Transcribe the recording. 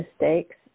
mistakes